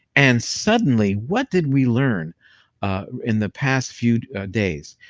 and suddenly, what did we learn in the past few days?